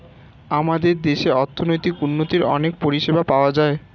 আমাদের দেশে অর্থনৈতিক উন্নতির অনেক পরিষেবা পাওয়া যায়